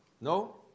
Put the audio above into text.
No